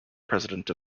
president